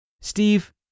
Steve